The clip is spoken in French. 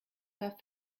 pas